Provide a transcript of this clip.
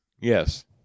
Yes